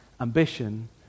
ambition